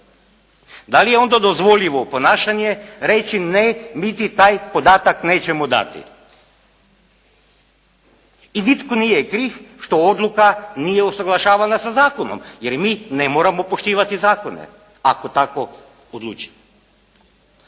da li je onda dozvoljivo ponašanje reći: Ne, mi ti taj podatak nećemo dati. I nitko nije kriv što odluka nije usaglašavana sa zakonom. Jer mi ne moramo poštivati zakone ako tako odlučimo.